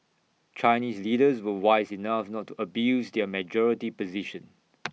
Chinese leaders were wise enough not to abuse their majority position